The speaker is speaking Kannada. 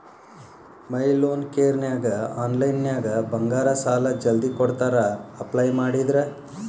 ಮೈ ಲೋನ್ ಕೇರನ್ಯಾಗ ಆನ್ಲೈನ್ನ್ಯಾಗ ಬಂಗಾರ ಸಾಲಾ ಜಲ್ದಿ ಕೊಡ್ತಾರಾ ಅಪ್ಲೈ ಮಾಡಿದ್ರ